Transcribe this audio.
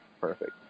perfect